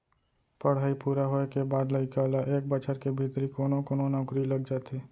पड़हई पूरा होए के बाद लइका ल एक बछर के भीतरी कोनो कोनो नउकरी लग जाथे